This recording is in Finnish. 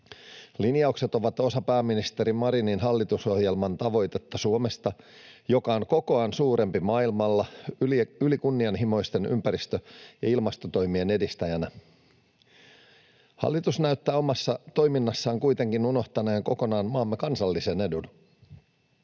Linjaukset ovat osa pääministeri Marinin hallitusohjelman tavoitetta Suomesta, joka on kokoaan suurempi maailmalla ylikunnianhimoisten ympäristö- ja ilmastotoimien edistäjänä. Hallitus näyttää omassa toiminnassaan kuitenkin unohtaneen kokonaan maamme kansallisen edun.